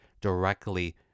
directly